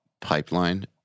pipeline